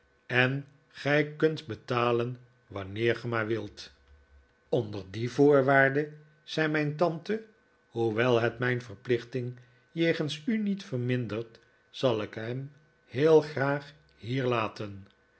en gij kunt betalen wanneer ge maar wilt onder die voorwaarde zei mijn tante hoewel het mijn verplichting jegens u niet vermindert zal ik hem heel graag hier laten